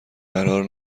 قرار